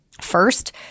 First